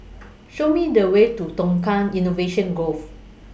Show Me The Way to Tukang Innovation Grove